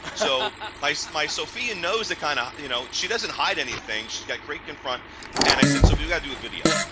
so my so my sofia knows the kind of, you know, she doesn't hide anything. she's got great confront and i said sofia we gotta do a video.